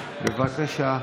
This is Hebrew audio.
בבקשה.